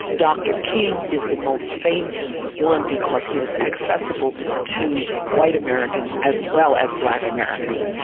dr king is the most famous one because he was accessible to white americans as well as black americans.